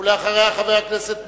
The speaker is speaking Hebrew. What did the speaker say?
ואחריה, חבר הכנסת מולה.